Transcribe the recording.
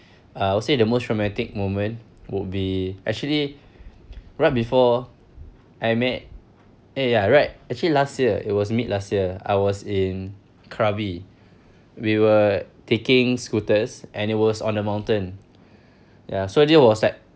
I'll say the most traumatic moment would be actually right before I met eh ya right actually last year it was mid last year I was in krabi we were taking scooters and it was on a mountain ya so what I did was like